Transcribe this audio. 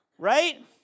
Right